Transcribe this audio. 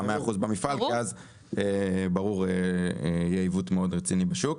במפעל כי אז יהיה עיוות מאוד רציני בשוק.